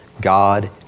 God